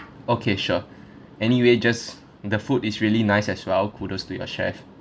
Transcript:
okay sure anyway just the food is really nice as well kudos to your chef